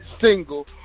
single